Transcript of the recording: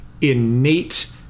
innate